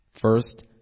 First